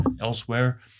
elsewhere